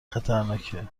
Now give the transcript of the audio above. خطرناکیه